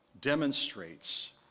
demonstrates